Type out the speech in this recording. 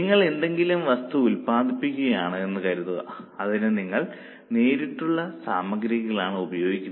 നിങ്ങൾ എന്തെങ്കിലും വസ്തു ഉൽപാദിപ്പിക്കുകയാണെന്ന് കരുതുക അതിന് നിങ്ങൾ നേരിട്ടുള്ള സാമഗ്രികൾ ആണ് ഉപയോഗിക്കുന്നത്